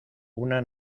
una